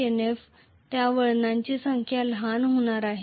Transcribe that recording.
Nf त्या वळणाची संख्या लहान होणार आहे